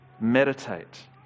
meditate